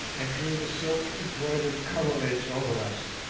and drew the silk-embroidered coverlids over us.